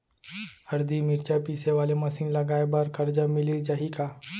हरदी, मिरचा पीसे वाले मशीन लगाए बर करजा मिलिस जाही का?